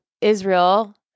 Israel